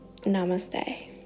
Namaste